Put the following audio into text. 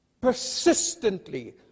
persistently